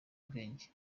ubwenge